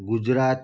Gujarat